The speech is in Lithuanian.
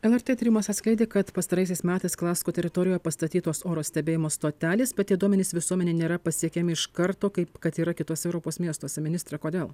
lrt tyrimas atskleidė kad pastaraisiais metais klasko teritorijoje pastatytos oro stebėjimo stotelės bet tie duomenys visuomenei nėra pasiekiami iš karto kaip kad yra kituose europos miestuose ministre kodėl